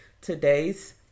Today's